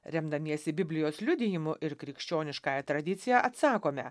remdamiesi biblijos liudijimu ir krikščioniškąja tradicija atsakome